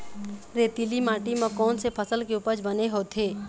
रेतीली माटी म कोन से फसल के उपज बने होथे?